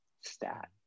stat